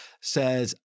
says